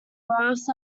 graphs